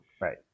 Right